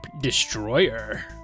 Destroyer